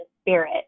spirit